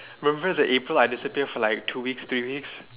remember the April I disappeared for like two weeks three weeks